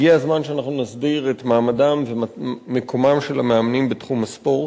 הגיע הזמן שנסדיר את מעמדם ומקומם של המאמנים בתחום הספורט.